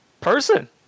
person